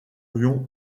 orion